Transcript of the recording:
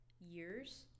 years